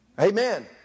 Amen